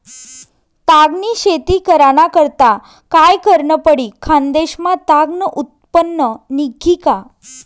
ताग नी शेती कराना करता काय करनं पडी? खान्देश मा ताग नं उत्पन्न निंघी का